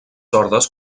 ordes